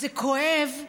זה כואב,